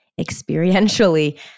experientially